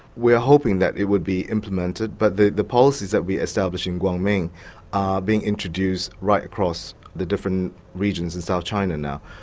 we are hoping that it will be implemented, but the the policies that we establish in guangming are being introduced right across the different regions in south china now.